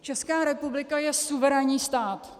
Česká republika je suverénní stát.